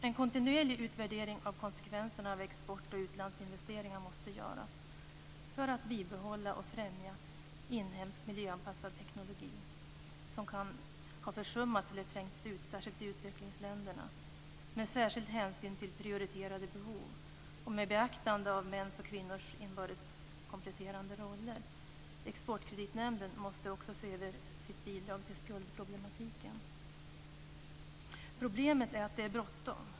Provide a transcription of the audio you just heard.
En kontinuerlig utvärdering av konsekvenserna av export och utlandsinvesteringar måste göras för att bibehålla och främja inhemsk miljöanpassad teknologi som har försummats eller trängts ut, särskilt i utvecklingsländerna, med särskild hänsyn till prioriterade behov och med beaktande av mäns och kvinnors inbördes kompletterande roller. Exportkreditnämnden måste också se över sitt bidrag till skuldproblematiken. Problemet är att det är bråttom.